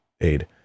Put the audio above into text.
aid